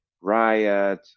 Riot